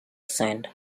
sand